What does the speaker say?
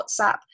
WhatsApp